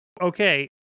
okay